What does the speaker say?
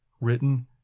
written